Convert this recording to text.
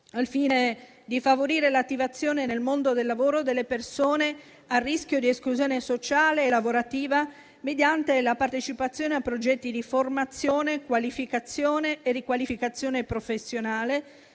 al fine di favorire l'attivazione nel mondo del lavoro delle persone a rischio di esclusione sociale e lavorativa, mediante la partecipazione a progetti di formazione, qualificazione e riqualificazione professionale,